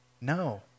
No